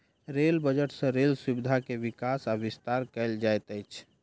rail budget सँ rail सुविधा के विकास आ विस्तार कयल जाइत अछि